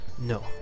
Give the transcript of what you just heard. No